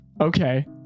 Okay